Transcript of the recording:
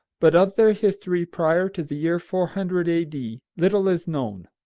but of their history prior to the year four hundred a d. little is known.